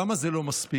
למה זה לא מספיק?